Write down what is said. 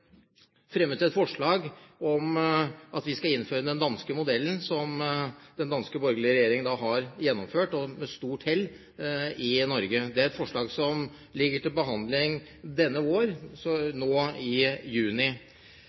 fremmet et forslag om at vi skal innføre den danske modellen, som den danske, borgerlige regjeringen har gjennomført med stort hell, i Norge. Det er et forslag som ligger til behandling denne våren – nå i juni.